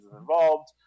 involved